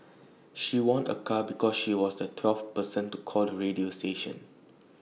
she won A car because she was the twelfth person to call the radio station